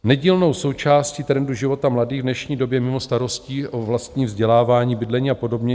Nedílnou součástí trendu života mladých v dnešní době mimo starostí o vlastní vzdělávání, bydlení apod.